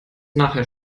nachher